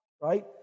right